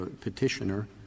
petitioner